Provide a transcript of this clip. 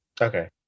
okay